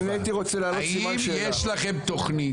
האם יש לכם תוכנית?